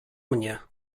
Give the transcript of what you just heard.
mnie